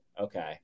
Okay